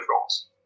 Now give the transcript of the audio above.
France